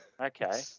Okay